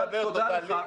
אתה מדבר תודה לי?